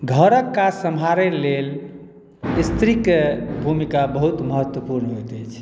घरक काज सम्हारय लेल स्त्रीके भूमिका बहुत महत्वपूर्ण होइत अछि